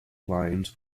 lines